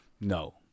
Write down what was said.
No